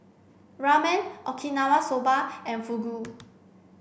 Ramen Okinawa Soba and Fugu